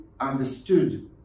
understood